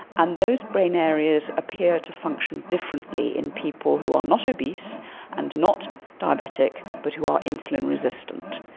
and those brain areas appear to function differently in people who are not obese and not diabetic but who are insulin resistant.